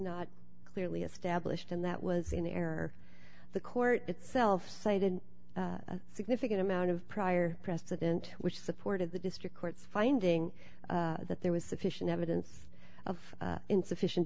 not clearly established and that was in error the court itself cited a significant amount of prior precedent which supported the district court's finding that there was sufficient evidence of insufficient